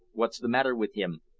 what's the matter with him?